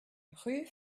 rue